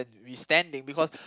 we standing because